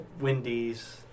Wendy's